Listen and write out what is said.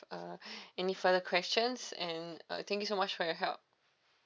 uh any further questions and uh thank you so much for your help